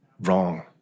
wrong